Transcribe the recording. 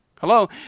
Hello